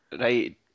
Right